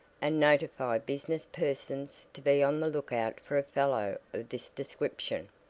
and notify business persons to be on the lookout for a fellow of this description.